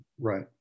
Right